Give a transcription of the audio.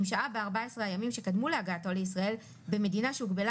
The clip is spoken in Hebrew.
אם שהה ב-14 הימים שקדמו להגעתו לישראל במדינה שהוגבלה